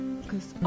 cause